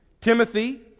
Timothy